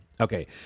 Okay